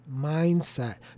Mindset